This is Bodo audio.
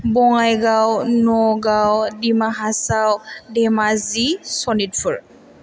बङाइगाव नगाव दिमाहासाव धेमाजि सनितपुर